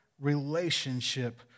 relationship